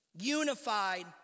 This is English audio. unified